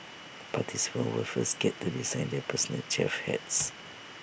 participants will first get to design their personal chef hats